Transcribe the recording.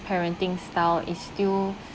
parenting style is still